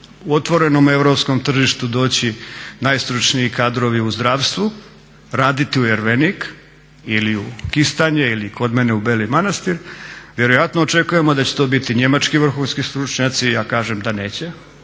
u otvorenom europskom tržištu doći najstručniji kadrovi u zdravstvu raditi u Ervenik ili u Kistanje, ili kod mene u Beli Manastar, vjerojatno očekujemo da će to biti njemački vrhunski stručnjaci, a kažem da neće,